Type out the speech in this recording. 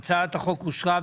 הצעת החוק אושרה.